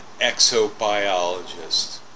exobiologist